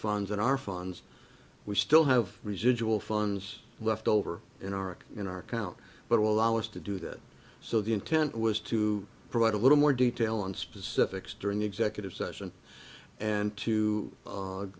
funds and our funds we still have residual funds left over in our in our account but will allow us to do that so the intent was to provide a little more detail on specifics during the executive session and to